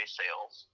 sales